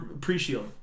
Pre-Shield